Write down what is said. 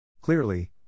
Clearly